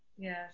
Yes